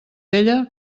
vella